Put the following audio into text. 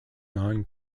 non